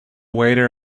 waiter